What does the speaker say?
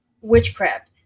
witchcraft